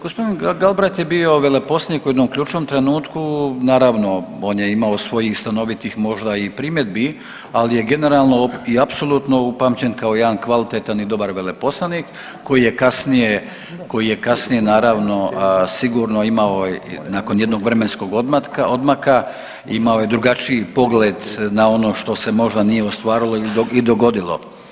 Gospodin Galbraith je bio veleposlanik u jednom ključnom trenutku, naravno on je imao svojih stanovitih možda i primjedbi, ali je generalno i apsolutno upamćen kao jedan kvalitetan i dobar veleposlanik koji je kasnije, koji je kasnije naravno sigurno imao nakon jednog vremenskog odmaka imao je drugačiji pogled na ono što se možda nije ostvarilo i dogodilo.